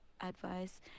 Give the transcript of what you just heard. advice